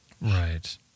Right